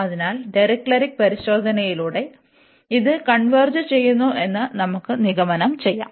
അതിനാൽ ഡിറിക്ലെറ്റ് പരിശോധനയിലൂടെ ഇതു കൺവെർജ് ചെയ്യുന്നുവെന്ന് നമുക്ക് നിഗമനം ചെയ്യാം